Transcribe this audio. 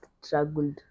struggled